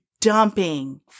dumping